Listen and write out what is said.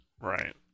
Right